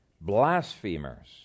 blasphemers